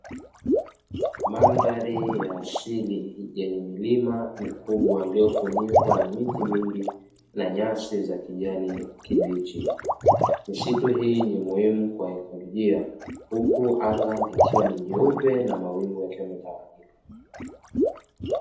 Mandhari ya asili yenye milima mikubwa iliyofunikwa na miti mingi na nyasi za kijani kibichi. Misitu hii ni muhimu kwa ekolojia huku anga likiwa ni jeupe na mawingu yametawanyika.